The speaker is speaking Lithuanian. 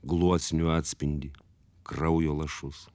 gluosnių atspindį kraujo lašus